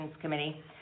committee